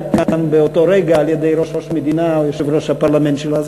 כאן באותו רגע על-ידי ראש המדינה או יושב-ראש הפרלמנט שלו.